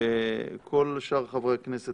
וכל שאר חברי הכנסת,